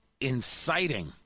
inciting